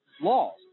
laws